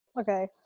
okay